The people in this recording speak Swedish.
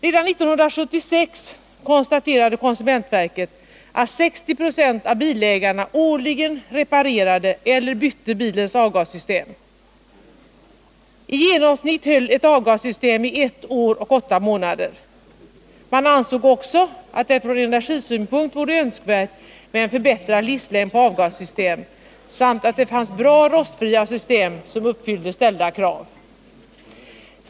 Redan 1976 konstaterade konsumentverket att 60 22 av bilägarna årligen reparerade eller bytte bilens avgassystem. I genomsnitt höll ett avgassystem i ett år och åtta månader. Man ansåg också att det från energisynpunkt vore önskvärt med en ökad livslängd på avgassystem och konstaterade att det fanns bra rostfria system som uppfyllde ställda krav.